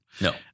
No